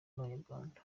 n’abanyarwanda